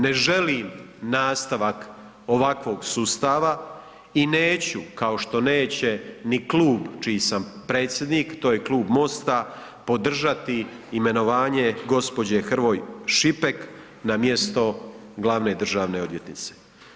Ne želim nastavak ovakvog sustava i neću, kao što neće ni klub čiji sam predsjednik to je Klub MOST-a podržati imenovanje gospođe Hrvoj Šipek na mjesto glavne državne odvjetnice.